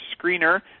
screener